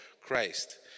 Christ